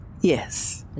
Yes